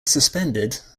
suspended